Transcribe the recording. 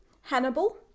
Hannibal